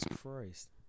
Christ